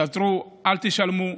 תעצרו, אל תשלמו.